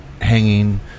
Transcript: hanging